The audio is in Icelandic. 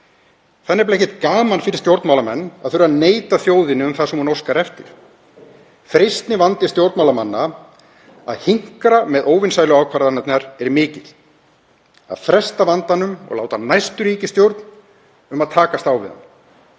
nefnilega ekki gaman fyrir stjórnmálamenn að þurfa að neita þjóðinni um það sem hún óskar eftir. Freistnivandi stjórnmálamanna að hinkra með óvinsælu ákvarðanirnar er mikill, að fresta vandanum og láta næstu ríkisstjórn um að takast á við hann.